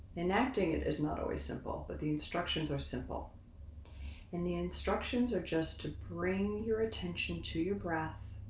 enacting it is not always simple, but the instructions are simple and the instructions are just to bring your attention to your breath.